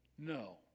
No